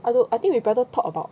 I know I think you better talk about